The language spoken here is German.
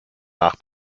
nach